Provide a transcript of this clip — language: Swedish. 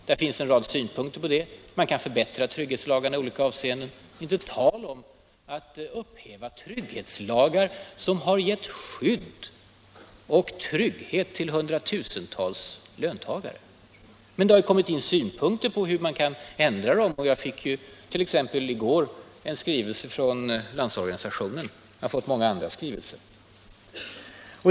Där finns en rad synpunkter på detta. Man kan förbättra trygghetslagarna i olika avseenden. Det är inte tal om att upphäva trygghetslagar som har gett skydd och trygghet för hundratusentals löntagare. Men det har ju kommit in synpunkter på hur man kan ta bort brister i dem. Jag fick t.ex. i går en skrivelse från Landsorganisationen, och jag har fått många andra skrivelser.